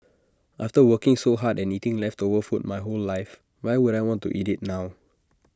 after working so hard and eating leftover food my whole life why would I want to eat IT now